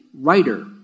writer